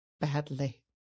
badly